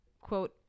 quote